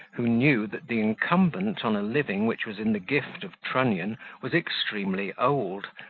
who knew that the incumbent on a living which was in the gift of trunnion was extremely old,